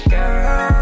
Girl